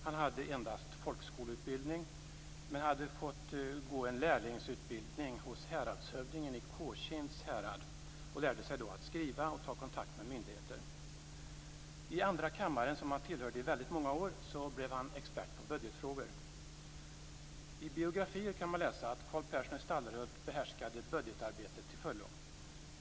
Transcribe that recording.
Han hade endast folkskoleutbildning, men hade fått gå en lärlingsutbildning hos häradshövdingen i Kåkinds härad. Han lärde sig då att skriva och ta kontakt med myndigheter. I andra kammaren, som han tillhörde i väldigt många år, blev han expert på budgetfrågor. I biografier kan man läsa att Carl Persson i Stallerhult behärskade budgetarbetet till fullo.